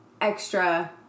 extra